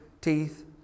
teeth